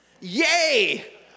Yay